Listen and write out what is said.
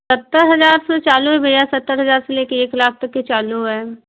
सत्तर हजार से चालू है भैया सत्तर हजार से ले कर एक लाख तक के चालू हैं